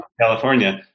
California